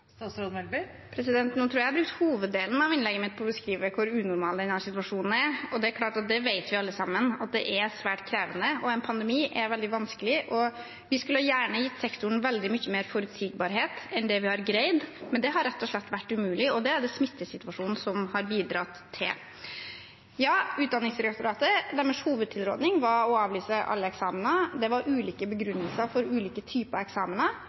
Nå tror jeg at jeg brukte hoveddelen av innlegget mitt på å beskrive hvor unormal denne situasjonen er – vi vet alle sammen at det er svært krevende, en pandemi er veldig vanskelig. Vi skulle gjerne gitt sektoren veldig mye mer forutsigbarhet enn det vi har greid, men det har rett og slett vært umulig, og det er det smittesituasjonen som har bidratt til. Ja, Utdanningsdirektoratets hovedtilrådning var å avlyse alle eksamener. Det var ulike begrunnelser for ulike typer eksamener,